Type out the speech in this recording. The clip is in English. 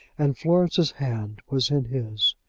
and florence's hand was in his.